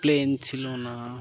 plane ছিল না